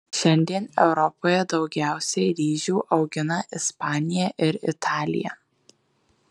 šiandien europoje daugiausiai ryžių augina ispanija ir italija